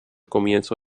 comienzo